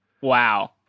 Wow